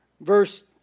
verse